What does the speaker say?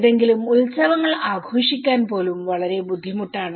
ഏതെങ്കിലും ഉത്സവങ്ങൾ ആഘോഷിക്കാൻ പോലും വളരെ ബുദ്ധിമുട്ടാണ്